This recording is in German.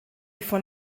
von